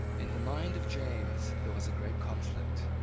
in the mind of james there was a great conflict.